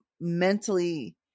mentally